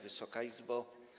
Wysoka Izbo!